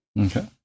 Okay